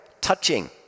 touching